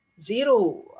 zero